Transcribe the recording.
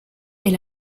est